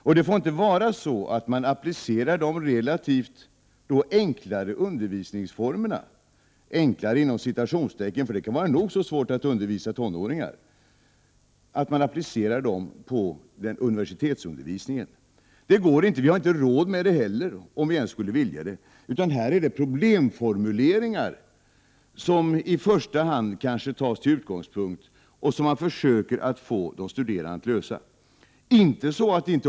Man får inte applicera de relativt ”enklare” undervisningsformerna — enklare inom citationstecken; det kan vara nog så svårt att undervisa tonåringar — på universitetsundervisningen. Det går inte. Vi har inte råd med det, ens om vi skulle vilja det. Här är det i första hand problem, som tas till utgångspunkt och som man försöker få de studerande att lösa.